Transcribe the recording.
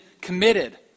committed